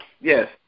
yes